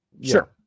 Sure